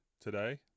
today